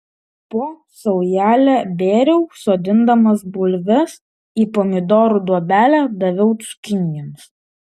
po saujelę bėriau sodindamas bulves į pomidorų duobelę daviau cukinijoms